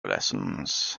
lessons